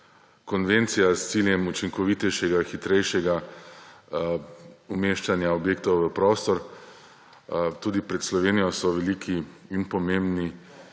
konvencija s ciljem učinkovitejšega, hitrejšega umeščanja objektov v prostor. Tudi pred Slovenijo so veliki in pomembni